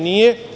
Nije.